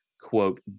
quote